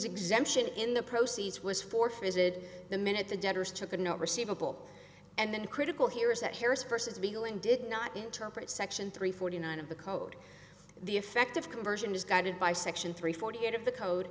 exemption in the proces was forfeited the minute the debtors took a note receivable and critical here is that harris versus wheeling did not interpret section three forty nine of the code the effect of conversion is guided by section three forty eight of the code